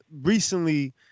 recently